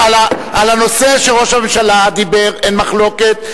על הנושא שראש הממשלה דיבר אין מחלוקת,